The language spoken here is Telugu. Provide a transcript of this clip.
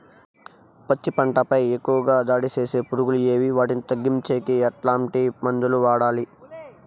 పత్తి పంట పై ఎక్కువగా దాడి సేసే పులుగులు ఏవి వాటిని తగ్గించేకి ఎట్లాంటి మందులు వాడాలి?